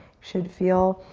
should feel